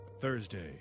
Thursday